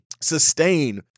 sustain